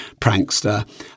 prankster